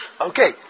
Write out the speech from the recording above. Okay